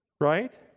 right